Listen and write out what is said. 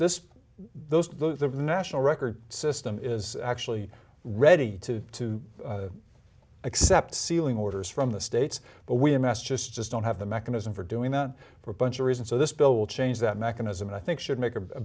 this those the national record system is actually ready to accept sealing orders from the states but we amass just just don't have the mechanism for doing that for a bunch of reasons so this bill will change that mechanism and i think should make a